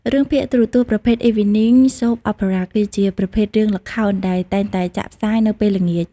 រឿងភាគទូរទស្សន៍ប្រភេទ Evening Soap Opera គឺជាប្រភេទរឿងល្ខោនដែលតែងតែចាក់ផ្សាយនៅពេលល្ងាច។